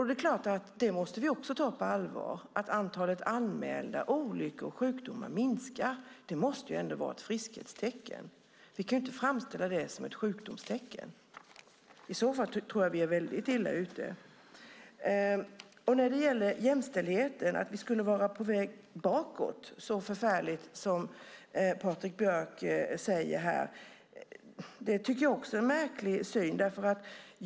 Det är klart att vi måste också ta på allvar att antalet anmälda olyckor och sjukdomar minskar. Det måste ändå vara ett friskhetstecken. Vi kan ju inte framställa det som ett sjukdomstecken. I så fall tror jag att vi är väldigt illa ute. När det gäller jämställdheten, att vi skulle vara på väg bakåt så förfärligt som Patrik Björk säger här, tycker jag att det är en märklig syn.